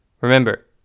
Remember